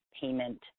payment